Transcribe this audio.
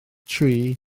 tri